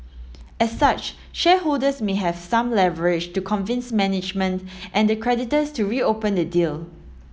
as such shareholders may have some leverage to convince management and the creditors to reopen the deal